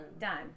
Done